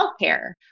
healthcare